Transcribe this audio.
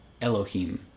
Elohim